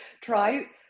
try